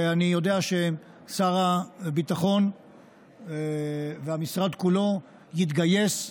ואני יודע ששר הביטחון והמשרד כולו יתגייסו,